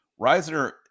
Reisner